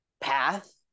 path